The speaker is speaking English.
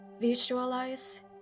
Visualize